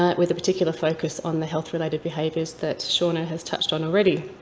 ah with a particular focus on the health-related behaviors that seana has touched on already.